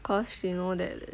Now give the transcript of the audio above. because she know that